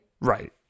right